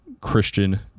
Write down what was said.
Christian